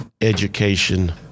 education